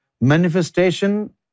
Manifestation